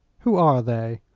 who are they?